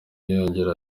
yiyongera